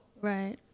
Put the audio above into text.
right